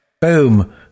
Boom